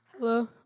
Hello